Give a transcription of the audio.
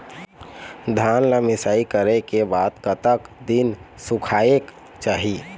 धान ला मिसाई करे के बाद कतक दिन सुखायेक चाही?